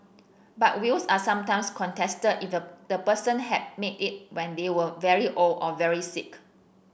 but wills are sometimes contested if the person had made it when they were very old or very sick